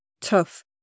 tough